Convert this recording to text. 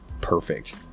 perfect